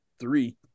Three